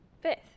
fifth